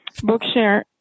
Bookshare